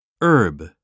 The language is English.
Herb